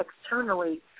externally